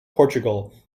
portugal